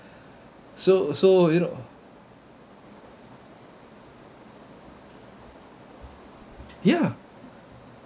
so so you know ya